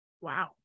Wow